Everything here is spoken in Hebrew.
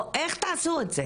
או איך תעשו את זה.